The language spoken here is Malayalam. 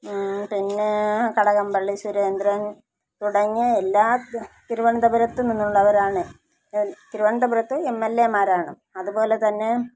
പിന്നെ കടകംപള്ളി സുരേന്ദ്രൻ തുടങ്ങിയ എല്ലാവരും തിരുവനന്തപുരത്തുനിന്നുള്ളവരാണ് തിരുവനന്തപുരത്ത് എം എൽ എമാരാണ് അതുപോലെ തന്നെ